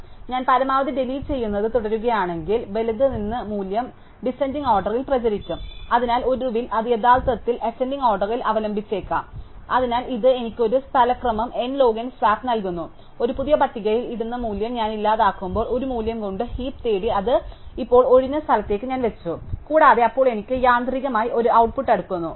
അതിനാൽ ഞാൻ പരമാവധി ഡിലീറ്റ് ചെയ്യുന്നത് തുടരുകയാണെങ്കിൽ ഞാൻ വലത് നിന്ന് മൂല്യം ഡിസെൻഡിങ് ഓർഡറിൽ പ്രചരിപ്പിക്കും അതിനാൽ ഒടുവിൽ അത് യഥാർത്ഥത്തിൽ അസെന്റിങ് ഓർഡറിൽ അവലംബിച്ചേക്കാം അതിനാൽ ഇത് എനിക്ക് ഒരു സ്ഥല ക്രമം n log n സ്വാപ്പ് നൽകുന്നു ഒരു പുതിയ പട്ടികയിൽ ഇടുന്ന മൂല്യം ഞാൻ ഇല്ലാതാക്കുമ്പോൾ ഒരു മൂല്യം കൊണ്ട് ഹീപ് തേടി അത് ഇപ്പോൾ ഒഴിഞ്ഞ സ്ഥലത്തേക്ക് ഞാൻ വെച്ചു കൂടാതെ അപ്പോൾ എനിക്ക് യാന്ത്രികമായി ഒരു ഔട്ട്പുട്ട് അടുക്കുന്നു